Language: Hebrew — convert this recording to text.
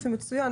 על פרק ד' ו-ה'.